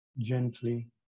gently